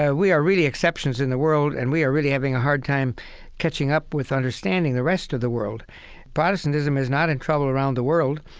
we are really exceptions in the world, and we are really having a hard time catching up with understanding the rest of the world protestantism is not in trouble around the world.